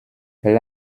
elle